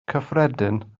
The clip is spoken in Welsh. cyffredin